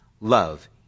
love